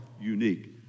unique